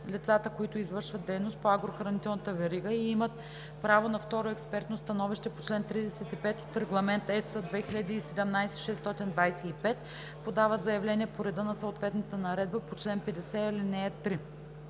Лицата, които извършват дейност по агрохранителната верига и имат право на второ експертно становище по чл. 35 от Регламент (ЕС) 2017/625, подават заявление по реда на съответната наредба по чл. 50,